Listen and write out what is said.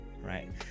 right